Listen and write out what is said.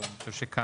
אבל אני חושב שכאן,